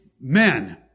men